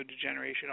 degeneration